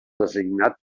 designat